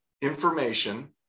information